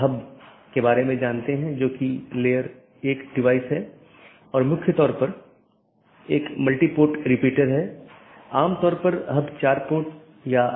BGP के संबंध में मार्ग रूट और रास्ते पाथ एक रूट गंतव्य के लिए पथ का वर्णन करने वाले विशेषताओं के संग्रह के साथ एक गंतव्य NLRI प्रारूप द्वारा निर्दिष्ट गंतव्य को जोड़ता है